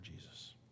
Jesus